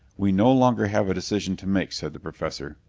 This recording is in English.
we no longer have a decision to make, said the professor.